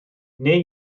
neu